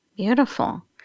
Beautiful